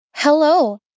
Hello